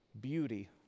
beauty